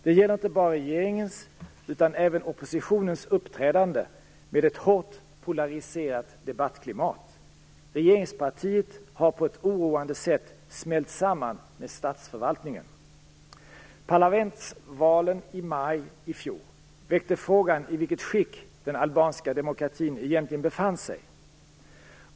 Det gäller inte bara regeringens utan även oppositionens uppträdande, med ett hårt polariserat debattklimat. Regeringspartiet har på ett oroande sätt smält samman med statsförvaltningen. Parlamentsvalen i maj i fjol väckte frågan om i vilket skick den albanska demokratin egentligen befanns sig.